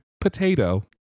potato